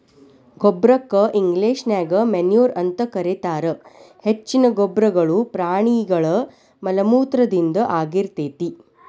ಗೊಬ್ಬರಕ್ಕ ಇಂಗ್ಲೇಷನ್ಯಾಗ ಮೆನ್ಯೂರ್ ಅಂತ ಕರೇತಾರ, ಹೆಚ್ಚಿನ ಗೊಬ್ಬರಗಳು ಪ್ರಾಣಿಗಳ ಮಲಮೂತ್ರದಿಂದ ಆಗಿರ್ತೇತಿ